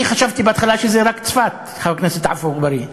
חשבתי בהתחלה שזה רק צפת, חבר הכנסת עפו אגבאריה,